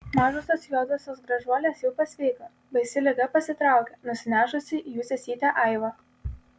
mažosios juodosios gražuolės jau pasveiko baisi liga pasitraukė nusinešusi jų sesytę aivą